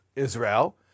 Israel